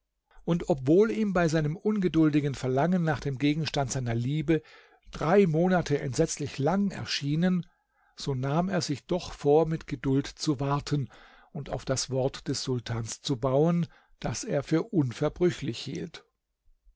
und obwohl ihm bei seinem ungeduldigen verlangen nach dem gegenstand seiner liebe drei monate entsetzlich lang erschienen so nahm er sich doch vor mit geduld zu warten und auf das wort des sultans zu bauen das er für unverbrüchlich hielt